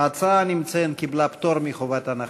ההצעה, אני מציין, קיבלה פטור מחובת הנחה.